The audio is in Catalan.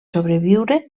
sobreviure